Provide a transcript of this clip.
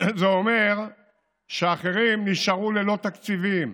זה אומר שאחרים יישארו ללא תקציבים.